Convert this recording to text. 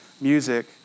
music